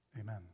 amen